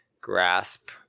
grasp